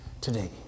today